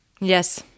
yes